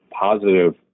positive